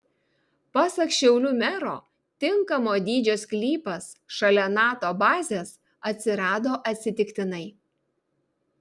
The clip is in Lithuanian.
pasak šiaulių mero tinkamo dydžio sklypas šaliai nato bazės atsirado atsitiktinai